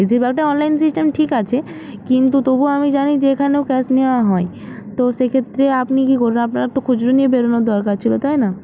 যে ব্যাপারটা online system ঠিক আছে কিন্তু তবু আমি জানি যে এখানেও ক্যাশ নেওয়া হয় তো সেক্ষেত্রে আপনি কী করবেন আপনার তো খুজরো নিয়ে বেরোনোর দরকার ছিলো তাই না